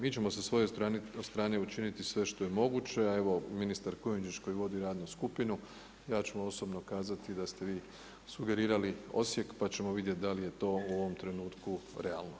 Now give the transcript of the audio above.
Mi ćemo sa svoje strane učiniti sve što je moguće a evo ministar Kujundžić koji vodi radnu skupinu ja ću mu osobno kazati da ste vi sugerirali Osijek, pa ćemo vidjeti da li je to u ovom trenutku realno.